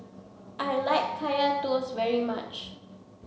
I like Kaya toast very much